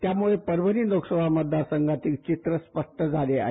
त्यामुळे परभणी लोकसभा मतदारसंघातील चित्र स्पष्ट झाले आहे